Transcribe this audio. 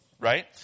right